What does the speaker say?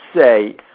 say